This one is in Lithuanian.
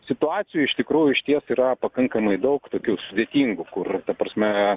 situacijų iš tikrųjų išties yra pakankamai daug tokių sudėtingų kur ta prasme